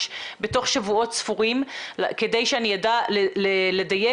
בתוך שבועות ספורים כדי שאני אדע לדייק.